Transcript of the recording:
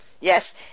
Yes